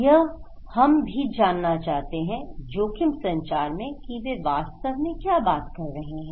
यह हम भी जानना चाहते हैं जोखिम संचार में की वे वास्तव में क्या बात कर रहे हैं